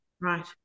Right